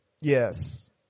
yes